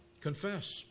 Confess